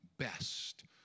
best